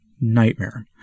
nightmare